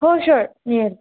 हो शूअर मिळेल